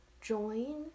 join